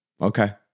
okay